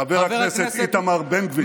חבר הכנסת איתמר בן גביר.